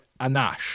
Anash